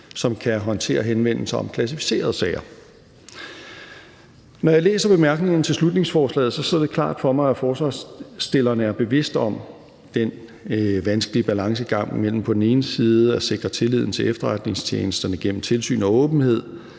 som kan håndtere henvendelser om klassificerede sager. Når jeg læser bemærkningerne til beslutningsforslaget, står det klart for mig, at forslagsstillerne er bevidste om den vanskelige balancegang mellem på den ene side at sikre tilliden til efterretningstjenesterne gennem tilsyn og åbenhed